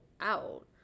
out